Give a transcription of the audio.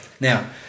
Now